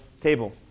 table